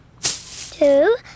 two